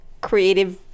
creative